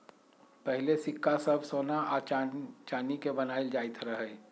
पहिले सिक्का सभ सोना आऽ चानी के बनाएल जाइत रहइ